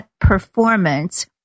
performance